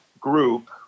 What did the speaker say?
group